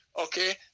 Okay